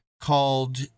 called